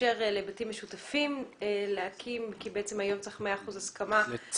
שתאפשר לבתים משותפים להקים כי בעצם היום צריך 100 אחוזים הסכמה ולכן